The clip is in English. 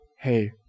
hey